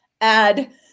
add